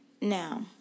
Now